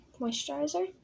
moisturizer